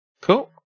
Cool